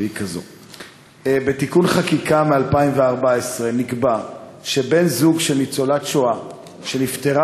והיא כזאת: בתיקון חקיקה מ-2014 נקבע שבן-זוג של ניצולת שואה שנפטרה